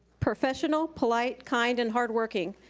professional, polite, kind, and hard working,